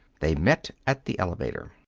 they met at the elevator.